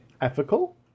Ethical